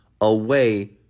away